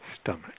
stomach